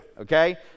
okay